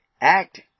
Act